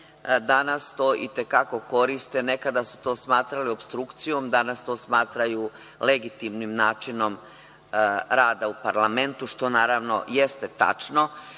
danas to itekako koriste. Nekada su to smatrali opstrukcijom, danas to smatraju legitimnim načinom rada u parlamentu, što naravno jeste tačno.